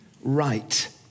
right